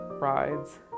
rides